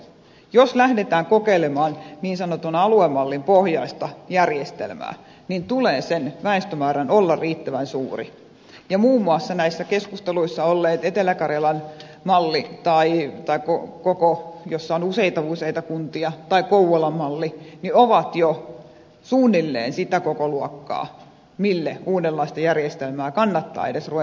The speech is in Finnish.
jos lähdetään kokeilemaan niin sanottua aluemallipohjaista järjestelmää niin sen väestömäärän tulee olla riittävän suuri ja muun muassa näissä keskusteluissa olleet etelä karjalan malli jossa on useita useita kuntia tai kouvolan malli ovat jo suunnilleen sitä kokoluokkaa mille uudenlaista järjestelmää kannattaa edes ruveta järjestämään